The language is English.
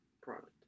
product